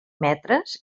metres